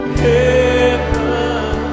heaven